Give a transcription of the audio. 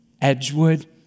Edgewood